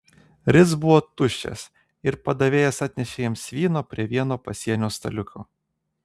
ritz buvo tuščias ir padavėjas atnešė jiems vyno prie vieno pasienio staliuko